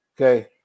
okay